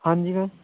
ਹਾਂਜੀ ਮੈਮ